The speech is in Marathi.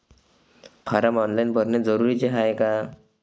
फारम ऑनलाईन भरने जरुरीचे हाय का?